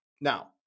Now